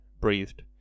breathed